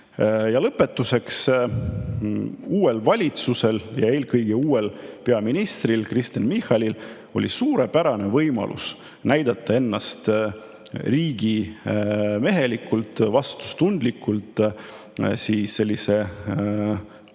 Ja lõpetuseks, uuel valitsusel ja eelkõige uuel peaministril Kristen Michalil oli suurepärane võimalus näidata ennast riigimehelikult, vastutustundlikult, õiglase uue valitsusena